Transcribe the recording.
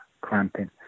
cramping